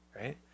right